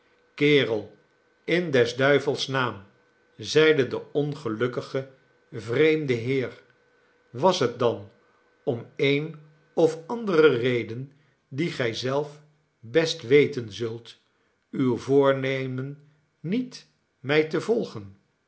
kerel in des duivels naam zeide de ongelukkige vreemde heer was het dan om eene oi andere reden die gij zelf best weten zult uw voornemen niet mij te volgen